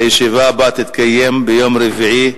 הישיבה הבאה תתקיים ביום רביעי,